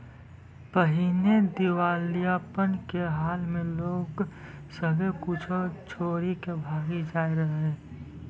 पहिने दिबालियापन के हाल मे लोग सभ्भे कुछो छोरी के भागी जाय रहै